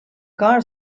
car